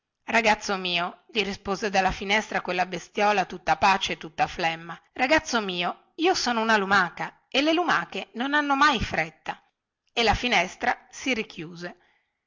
ragazzo mio gli rispose dalla finestra quella bestiola tutta pace e tutta flemma ragazzo mio io sono una lumaca e le lumache non hanno mai fretta e la finestra si richiuse